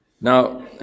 Now